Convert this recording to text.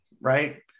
Right